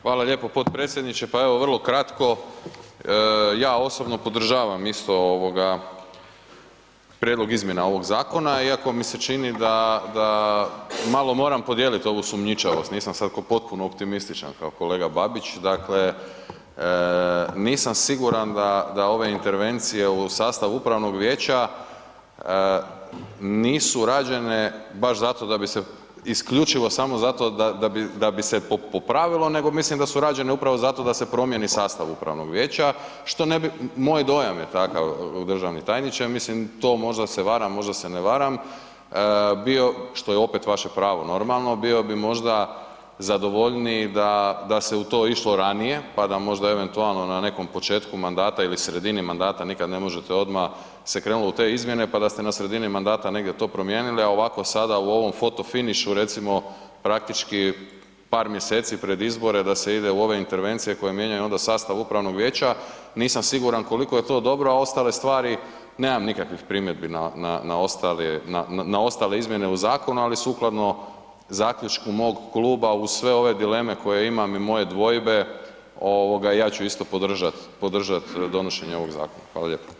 Hvala lijepo potpredsjedniče, pa evo vrlo kratko, ja osobno podržavam isto ovoga prijedlog izmjena ovog zakona iako mi se čini da, da malo moram podijelit ovu sumnjičavost, nisam sad potpuno optimističan kao kolega Babić, dakle nisam siguran da, da ove intervencije u sastavu upravnog vijeća nisu rađene baš zato da bi se, isključivo samo zato da, da bi, da bi se popravilo nego mislim da su rađene upravo zato da se promijeni sastav upravnog vijeća, što ne bi, moj dojam je takav državni tajniče, ja mislim, to možda se varam, možda se ne varam, bio, što je opet vaše pravo normalno, bio bi možda zadovoljniji da, da se u to išlo ranije, pa da možda eventualno na nekom početku mandata ili sredini mandata, nikad ne možete odma, se krenulo u te izmjene, pa da ste na sredini mandata negdje to promijenili, a ovako sada u ovom foto finišu recimo praktički par mjeseci pred izbore da se ide u ove intervencije koje mijenjaju onda sastav upravnog vijeća, nisam siguran koliko je to dobro, a ostale stvari nemam nikakvih primjedbi na, na, na ostale, na, na ostale izmjene u zakonu, ali sukladno zaključku mog kluba uz sve ove dileme koje imam i moje dvojbe ovoga ja ću isto podržat, podržat donošenje ovog zakona.